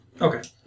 Okay